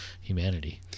humanity